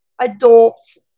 adults